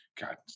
God